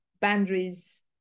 boundaries